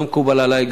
לא מקובל עלי,